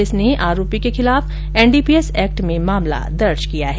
police ने आरोपी के खिलाफ एनडीपीएस एक्ट में मामला दर्ज किया है